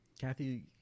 Kathy